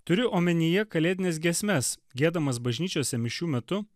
turiu omenyje kalėdines giesmes giedamas bažnyčiose mišių metu